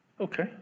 Okay